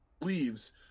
leaves